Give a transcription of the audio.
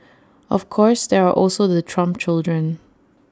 of course there are also the Trump children